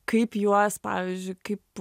kaip juos pavyzdžiui kaip